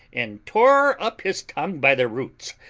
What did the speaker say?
and tore up his tongue by the roots.